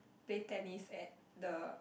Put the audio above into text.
play tennis at the